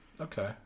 Okay